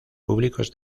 públicos